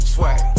Sway